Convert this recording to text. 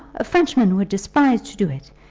a frenchman would despise to do it.